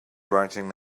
writing